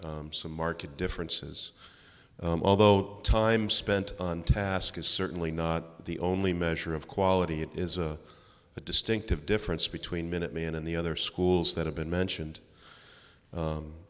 see some market differences although time spent on task is certainly not the only measure of quality it is a distinctive difference between minuteman and the other schools that have been mentioned